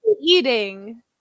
Eating